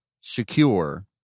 secure